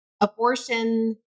abortion